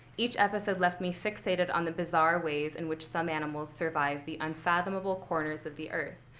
each episode left me fixated on the bizarre ways in which some animals survive the unfathomable corners of the earth,